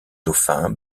dauphins